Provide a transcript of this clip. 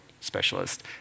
specialist